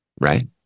right